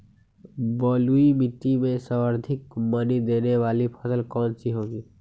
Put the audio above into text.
बलुई मिट्टी में सर्वाधिक मनी देने वाली फसल कौन सी होंगी?